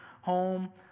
home